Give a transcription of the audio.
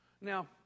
Now